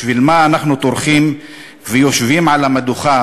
בשביל מה אנחנו טורחים ויושבים על המדוכה